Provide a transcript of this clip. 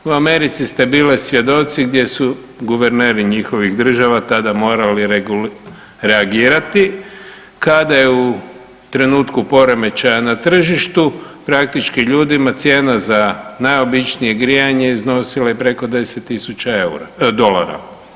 U Americi ste bili svjedoci gdje su guverneri njihovih država tada morali reagirati kada je u trenutku poremećaja na tržištu praktički ljudima cijena za najobičnije grijanje iznosila i preko 10.000 dolara.